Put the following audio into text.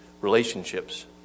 relationships